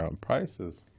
Prices